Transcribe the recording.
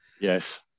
Yes